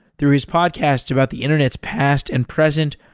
through his podcasts about the internet's past and present,